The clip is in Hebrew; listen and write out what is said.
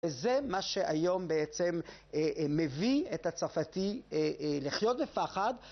וזה מה שהיום בעצם מביא את הצרפתי לחיות בפחד.